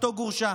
משפחתו גורשה.